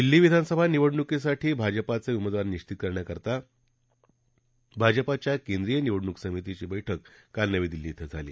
दिल्ली विधानसभा निवडणुकीसाठी भाजपाचे उमेदवार निश्वित करण्यासाठी भाजपाच्या केंद्रीय निवडणुक समितीची काल नवी दिल्लीत बैठक झाली